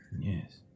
Yes